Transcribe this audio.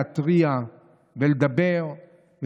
להתריע ולדבר,